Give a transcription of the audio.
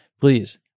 please